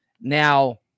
Now